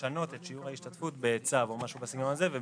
קונצנזוס די רחב להתקדם כמה שיותר מהר --- לא.